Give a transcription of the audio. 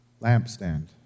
lampstand